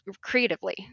creatively